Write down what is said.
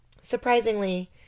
surprisingly